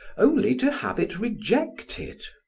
only to have it rejected.